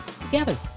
together